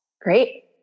Great